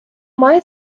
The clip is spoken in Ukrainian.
має